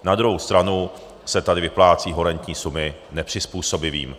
Na druhou stranu se tady vyplácejí horentní sumy nepřizpůsobivým.